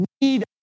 need